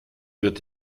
wird